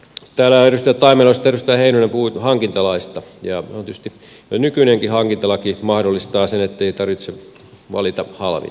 täällä ovat edustaja taimela ja sitten edustaja heinonen puhuneet hankintalaista ja tietysti nykyinenkin hankintalaki mahdollistaa sen ettei tarvitse valita halvinta